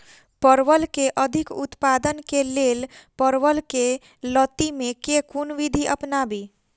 परवल केँ अधिक उत्पादन केँ लेल परवल केँ लती मे केँ कुन विधि अपनाबी?